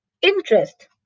Interest